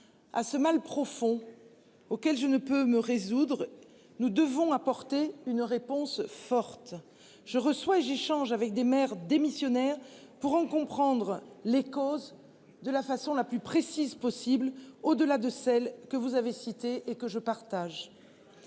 à ce mal profond auquel je ne peux me résoudre, nous devons apporter une réponse forte, je reçois et j'échange avec des maires démissionnaires pour en comprendre les causes de la façon la plus précise possible au-delà de celles que vous avez cités et que je partage.